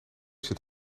zit